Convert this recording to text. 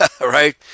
right